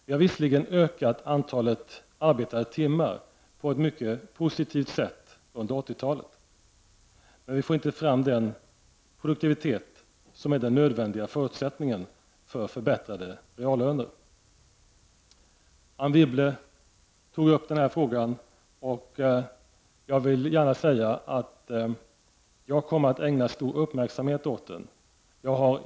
Vi har visserligen ökat antalet arbetade timmar på ett mycket positivt sätt under 80-talet, men vi får inte fram den produktivitet som är den nödvändiga förutsättningen för förbättrade reallöner. Anne Wibble tog upp denna fråga, och jag vill gärna säga att jag kommer att ägna stor uppmärksamhet åt den.